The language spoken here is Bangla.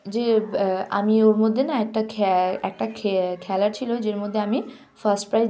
যে আমি ওর মধ্যে না একটা খ্যা একটা খে খেলা ছিল যার মধ্যে আমি ফার্স্ট প্রাইজ